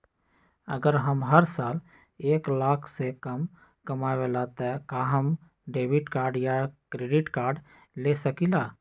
अगर हम हर साल एक लाख से कम कमावईले त का हम डेबिट कार्ड या क्रेडिट कार्ड ले सकीला?